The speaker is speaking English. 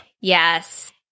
Yes